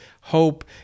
hope